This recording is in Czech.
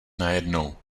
najednou